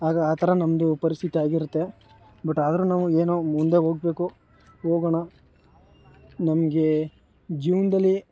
ಆಗ ಆ ಥರ ನಮ್ಮದು ಪರಿಸ್ಥಿತಿ ಆಗಿರುತ್ತೆ ಬಟ್ ಆದರು ನಾವು ಏನೋ ಮುಂದೆ ಹೋಗಬೇಕು ಹೋಗೊಣ ನಮಗೆ ಜೀವನದಲ್ಲಿ